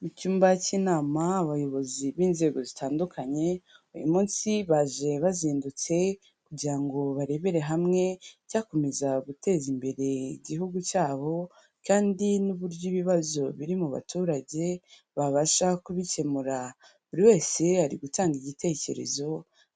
Mu cyumba cy'inama abayobozi b'inzego zitandukanye, uyu munsi baje bazindutse kugira ngo barebere hamwe icyakomeza guteza imbere igihugu cyabo, kandi n'uburyo ibibazo biri mu baturage babasha kubikemura, buri wese ari gutanga igitekerezo